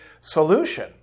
solution